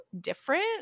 different